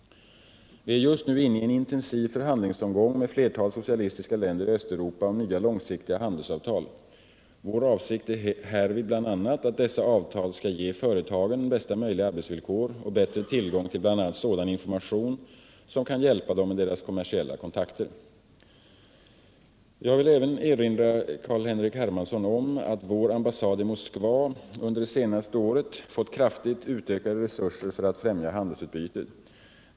Vi är just nu inne i en intensiv förhandlingsomgång med flertalet socialistiska länder i Östeuropa om nya långsiktiga handelsavtal. Vår avsikt är härvid bl.a. att dessa avtal skall ge företagen bästa möjliga arbetsvillkor och bättre tillgång till bl.a. sådan information som kan hjälpa dem i deras kommersiella kontakter. Jag vill även erinra Carl-Henrik Hermansson om att vår ambassad i Moskva under det senaste året fått kraftigt utökade resurser för att främja handelsutbytet.